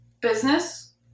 business